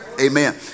Amen